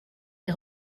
est